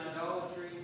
idolatry